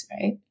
right